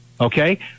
Okay